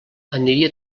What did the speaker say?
aniria